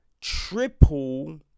triple